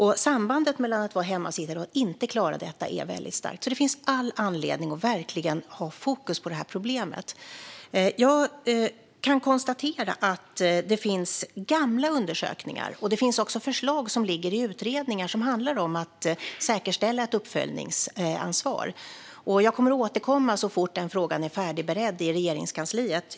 Sambandet mellan att vara hemmasittare och att inte klara detta är väldigt starkt, så det finns all anledning att verkligen ha fokus på det här problemet. Det finns gamla undersökningar och också förslag som ligger i utredningar som handlar om att säkerställa ett uppföljningsansvar. Jag kommer att återkomma så fort frågan är färdigberedd i Regeringskansliet.